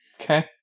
okay